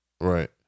Right